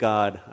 God